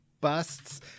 busts